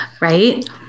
right